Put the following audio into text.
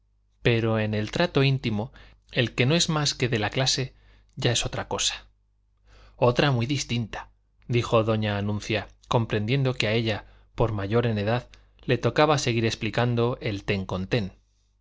pero en el trato íntimo el que no es más que de la clase ya es otra cosa otra cosa muy distinta dijo doña anuncia comprendiendo que a ella por mayor en edad le tocaba seguir explicando el ten con